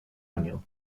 año